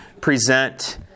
present